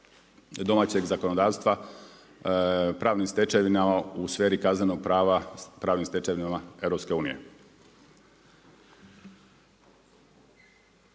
domaćeg zakonodavstva, pravnim stečevinama u sferi kaznenog prava, pravnim stečevinama EU.